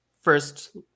first